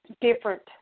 different